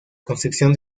construcción